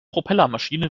propellermaschine